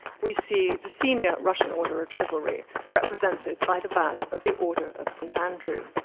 we see the senior russian order of chivalry represented by the badge of the order of st. andrew.